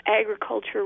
agriculture